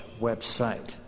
website